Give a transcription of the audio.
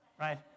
right